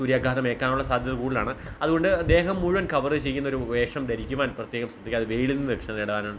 സൂര്യാഘാതം ഏൽക്കാനുള്ള സാധ്യത കൂടുതലാണ് അതുകൊണ്ട് ദേഹം മുഴുവൻ കവർ ചെയ്യുന്ന ഒരു വേഷം ധരിക്കുവാൻ പ്രത്യേകം ശ്രദ്ധിക്കുക അത് വെയിലിൽ നിന്ന് രക്ഷ നേടാനാണ്